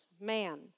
man